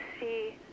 see